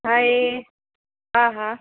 હા એ હા હા